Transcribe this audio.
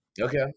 Okay